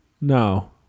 No